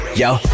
yo